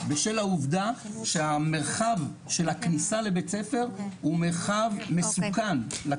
בשל העובדה שהמרחב של הכניסה לבית הספר הוא מרחב מסוכן לתלמידים.